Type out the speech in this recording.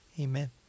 Amen